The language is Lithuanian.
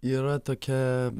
yra tokia